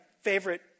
favorite